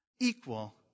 equal